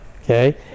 okay